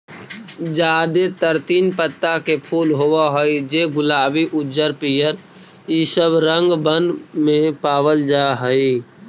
जादेतर तीन पत्ता के फूल होब हई जे गुलाबी उज्जर पीअर ईसब रंगबन में पाबल जा हई